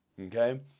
Okay